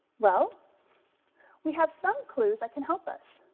well we have some clues that can help us.